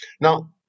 Now